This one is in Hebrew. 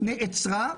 נעצרה.